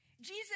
Jesus